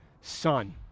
son